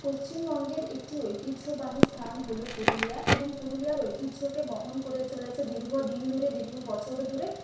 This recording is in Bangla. পশ্চিমবঙ্গের একটি ঐতিহ্যবাহী স্থান হল পুরুলিয়া এবং পুরুলিয়ার ঐতিহ্যকে বহন করে চলেছে দীর্ঘদিন ধরে দীর্ঘ বছর ধরে